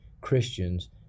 Christians